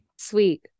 Sweet